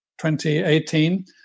2018